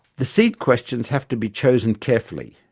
the seed questions have to be chosen carefully,